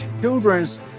children's